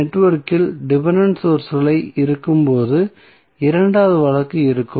நெட்வொர்க்கில் டிபென்டென்ட் சோர்ஸ்கள் இருக்கும்போது இரண்டாவது வழக்கு இருக்கும்